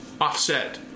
offset